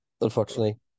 unfortunately